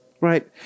Right